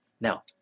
Now